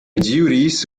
duties